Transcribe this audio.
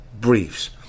briefs